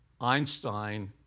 Einstein